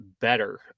better